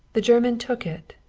the german took it,